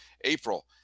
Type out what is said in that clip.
April